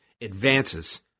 advances